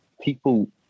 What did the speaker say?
people